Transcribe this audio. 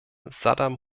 saddam